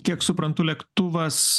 kiek suprantu lėktuvas